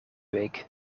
week